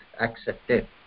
accepted